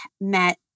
met